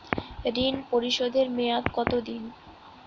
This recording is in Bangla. ঋণ পরিশোধের মেয়াদ কত দিন?